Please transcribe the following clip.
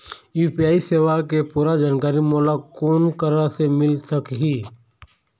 UPI सेवा के पूरा जानकारी मोला कोन करा से मिल सकही?